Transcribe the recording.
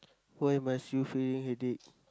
why must you feeling headache